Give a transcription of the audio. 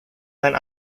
sein